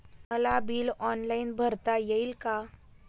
मला bill online भरता येईल का?